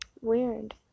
weird